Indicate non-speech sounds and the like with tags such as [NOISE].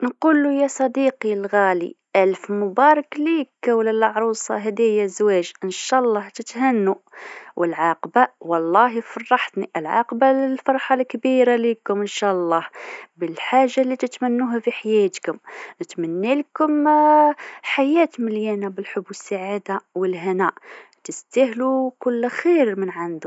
نقلو يا صديقي الغالي ألف مبروك ليك وللعروسة عرسكم، انشالله بالهنا والعاقبه واللهي فرحتني، العاقبه للفرحه الكبيره ليكم انشالله، بالحاجه اللي تتمنوها في حياتكم، نتمنالكم [HESITATION] حياة مليانه بالحب و السعاده و الهناء، تستاهلو كل خير من عندو.